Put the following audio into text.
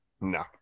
No